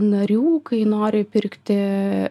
narių kai nori pirkti